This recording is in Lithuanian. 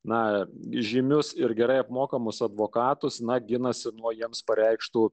na žymius ir gerai apmokamus advokatus na ginasi nuo jiems pareikštų